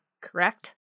correct